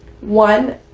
one